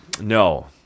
No